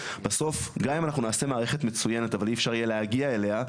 בסוף גם אם אנחנו נעשה מערכת מצוינת אבל אי אפשר יהיה להגיע אליה,